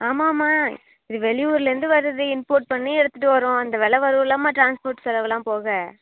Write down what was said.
ஆமாம்மா இது வெளியூரிலேந்து வருது இம்போர்ட் பண்ணி எடுத்துகிட்டு வரோம் இந்த விலை வருயில்லம்மா ட்ரான்ஸ்போர்ட் செலவெலாம் போக